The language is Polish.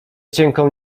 cienką